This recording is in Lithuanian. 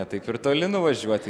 ne taip ir toli nuvažiuoti